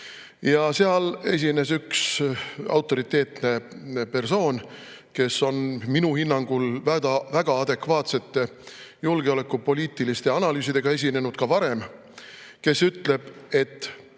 Seal esines üks autoriteetne persoon, kes on minu hinnangul esinenud väga adekvaatsete julgeolekupoliitiliste analüüsidega ka varem. Ta ütleb, et